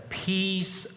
peace